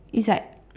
is like